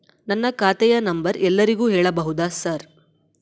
ನನ್ನ ಖಾತೆಯ ನಂಬರ್ ಎಲ್ಲರಿಗೂ ಹೇಳಬಹುದಾ ಸರ್?